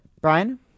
Brian